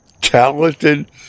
talented